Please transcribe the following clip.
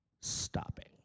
stopping